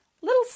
little